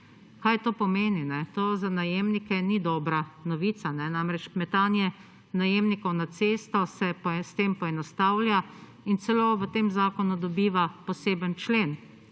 Kaj to pomeni? To za najemnike ni dobra novica namreč metanje najemnikov na cesto se s tem poenostavlja in celo v tem zakonu dobiva poseben člen